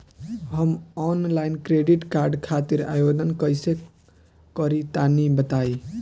हम online credit card खातिर आवेदन कइसे करि तनि बताई?